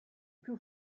più